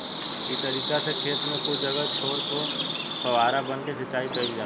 इ तरीका से खेत में कुछ जगह छोर के फौवारा बना के सिंचाई कईल जाला